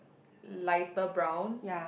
lighter brown